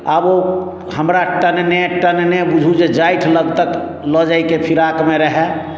आब ओ हमरा टनने टनने बुझू जे जाठि लग तक लऽ जाइके फिराकमे रहए